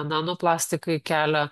nano plastikai kelia